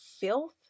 filth